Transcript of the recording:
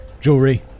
Jewelry